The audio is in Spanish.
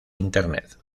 internet